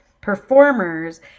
performers